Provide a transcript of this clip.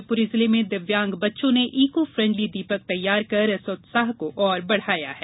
शिवपुरी जिले में दिव्यांग बच्चों ने इकोफ्रेंडली दीपक तैयार कर इस उत्साह को और बढ़ाया है